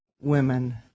women